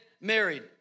married